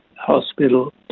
hospital